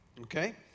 Okay